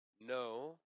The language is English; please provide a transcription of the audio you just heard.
No